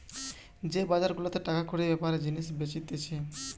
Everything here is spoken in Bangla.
যে বাজার গুলাতে টাকা কড়ির বেপারে জিনিস বেচতিছে